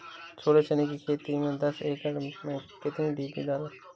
छोले चने की खेती में दस एकड़ में कितनी डी.पी डालें?